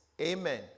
Amen